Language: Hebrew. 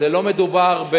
לא מדובר,